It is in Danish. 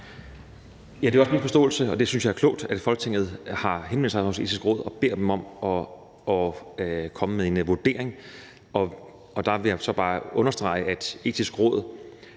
Det er også min forståelse, og jeg synes, det er klogt, at Folketinget har henvendt sig til Det Etiske Råd og bedt dem om at komme med en vurdering. Der vil jeg så understrege noget, hvad